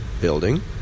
building